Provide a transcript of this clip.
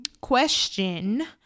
question